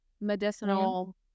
medicinal